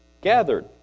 gathered